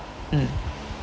mm